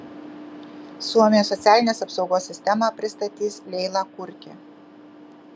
suomijos socialinės apsaugos sistemą pristatys leila kurki